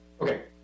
Okay